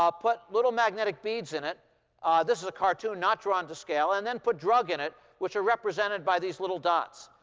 ah put little magnetic beads in it this is a cartoon, not drawn to scale and then put drug in it, which are represented by these little dots.